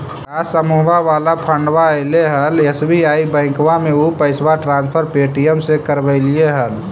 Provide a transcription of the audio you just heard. का समुहवा वाला फंडवा ऐले हल एस.बी.आई बैंकवा मे ऊ पैसवा ट्रांसफर पे.टी.एम से करवैलीऐ हल?